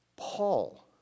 Paul